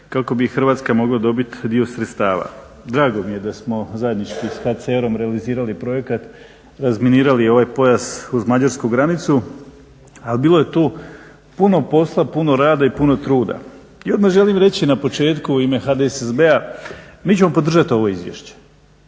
kako bi i Hrvatska mogla dobiti dio sredstava. Drago mi je da smo zajednički s HCR-om realizirali projekat, razminirali ovaj pojas uz mađarsku granicu, ali bilo je tu puno posla, puno rada i puno truda. I odmah želim reći na početku u ime HDSSB-a, mi ćemo podržat ovo izvješće,